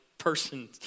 person